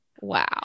wow